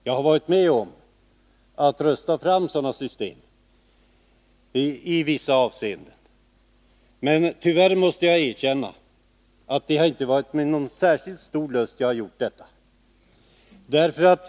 Jag har varit med om att rösta fram sådana system, men tyvärr måste jag erkänna att det inte varit med någon särskilt stor lust jag gjort detta.